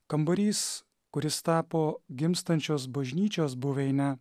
kambarys kuris tapo gimstančios bažnyčios buveine